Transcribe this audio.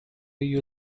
you